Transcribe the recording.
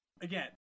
Again